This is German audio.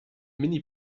mini